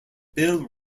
bill